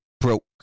broke